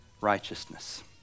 righteousness